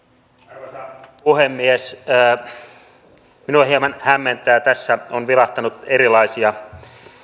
arvoisa puhemies minua hieman hämmentää tässä on vilahtanut erilaisia